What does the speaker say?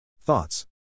thoughts